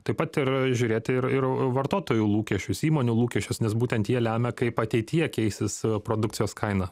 taip pat ir žiūrėti ir ir vartotojų lūkesčius įmonių lūkesčius nes būtent jie lemia kaip ateityje keisis produkcijos kaina